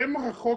שם החוק,